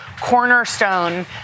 cornerstone